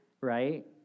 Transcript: Right